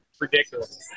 Ridiculous